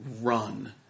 run